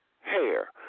hair